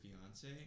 fiance